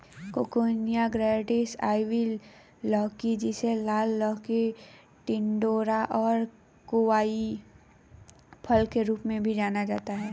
coccinia grandis, ivy लौकी, जिसे लाल लौकी, टिंडोरा और कोवाई फल के रूप में भी जाना जाता है